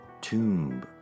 Tomb